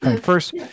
first